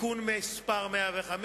(תיקון מס' 105)